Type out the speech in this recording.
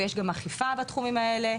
ויש גם אכיפה בתחומים האלה,